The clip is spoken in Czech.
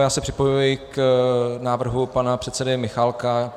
Já se připojuji k návrhu pana předsedy Michálka.